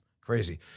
Crazy